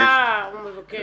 אה, הוא מבקש.